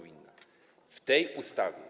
W tej ustawie.